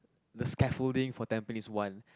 the scaffolding for Tampines-One